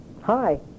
Hi